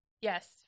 yes